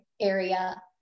area